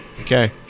okay